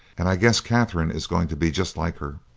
and i guess katherine is going to be just like her.